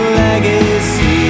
legacy